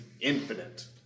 Infinite